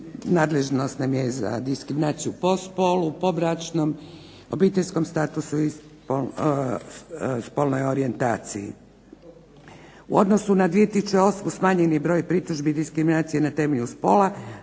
nadležnost nam je za diskriminaciju po spolu, po bračnom, obiteljskom statusu i spolnoj orijentaciji. U odnosu na 2008. smanjen je broj pritužbi i diskriminacije na temelju spola,